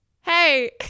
Hey